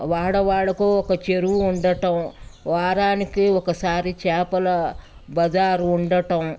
వాడవాడకో ఒక చెరువు ఉండటం వారానికి ఒకసారి చేపల బజారు ఉండటం